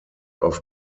auf